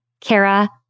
Kara